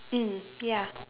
mm ya